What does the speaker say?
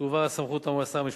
תועבר הסמכות האמורה לשר המשפטים,